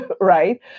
right